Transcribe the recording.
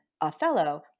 Othello